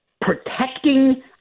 protecting